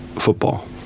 football